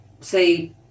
say